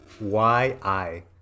Y-I